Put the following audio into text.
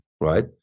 right